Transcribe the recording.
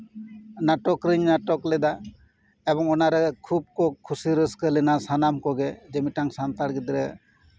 ᱱᱟᱴᱚᱠ ᱨᱤᱧ ᱱᱟᱴᱚᱠ ᱞᱮᱫᱟ ᱮᱵᱚᱝ ᱚᱱᱟᱨᱮ ᱠᱷᱩᱵᱽ ᱠᱚ ᱠᱷᱩᱥᱤ ᱨᱟᱹᱥᱠᱟᱹ ᱞᱮᱱᱟ ᱥᱟᱱᱟᱢ ᱠᱚᱜᱮ ᱡᱮ ᱢᱤᱫᱴᱟᱱ ᱥᱟᱱᱛᱟᱲ ᱜᱤᱫᱽᱨᱟᱹ